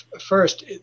first